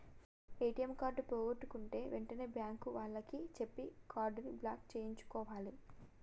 ATM card పోగొట్టుకుంటే వెంటనే bank వాళ్లకి చెప్పి కార్డుని బ్లాక్ చేయించుకోవాలే